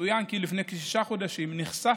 יצוין כי לפני כשישה חודשים נחשף